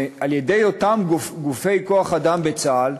על-ידי אותם גופי כוח-אדם בצה"ל,